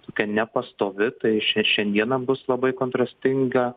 tokia nepastovi tai šia šiandieną bus labai kontrastinga